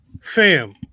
fam